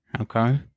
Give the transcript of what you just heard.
Okay